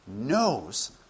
knows